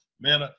man